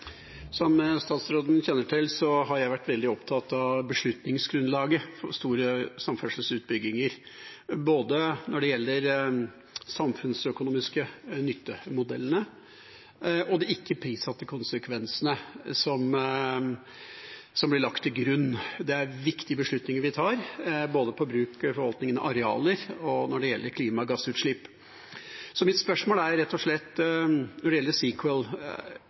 Som statsråden kjenner til, har jeg vært veldig opptatt av beslutningsgrunnlaget for store samferdselsutbygginger både når det gjelder de samfunnsøkonomiske nyttemodellene, og når det gjelder de ikke prissatte konsekvensene som blir lagt til grunn. Det er viktige beslutninger vi tar, både for bruk og forvaltningen av arealer og når det gjelder klimagassutslipp. Mitt spørsmål med hensyn til CEEQUAL er rett og slett: